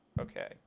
okay